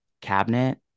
cabinet